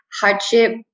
hardship